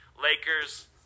Lakers